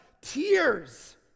Tears